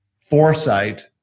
foresight